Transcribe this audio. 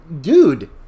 dude